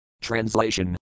Translation